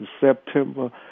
September